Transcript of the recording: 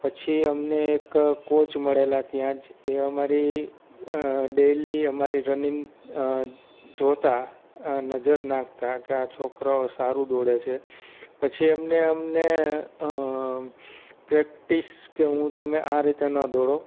પછી અમને એક કોચ મળેલા ત્યાં જ એ અમારી ડેલી અમારી રનિંગ જોતાં નજર નાખતા કે આ છોકરાઓ સારું દોડે છે પછી અમને અમને પ્રેકટીસ કે હું તમે આ રીતે ન દોડો